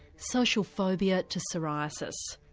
social phobia to psoriasis.